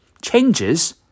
Changes